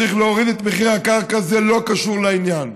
צריך להוריד את מחיר הקרקע, זה לא קשור לעניין.